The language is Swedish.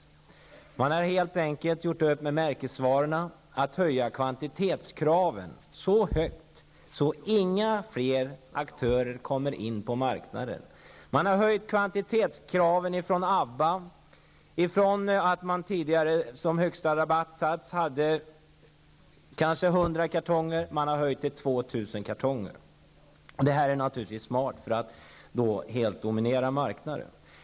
Leverantörerna av märkesvaror har gjort upp om att höja kvantitetskraven så högt att inga fler aktörer kommer in på marknaden. Tidigare var man tvungen att köpa 100 kartonger från Abba för att få rabatt. Nu har man höjt kravet till 2 000 kartonger. Det är naturligtvis ett smart sätt att dominera marknaden.